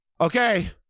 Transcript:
Okay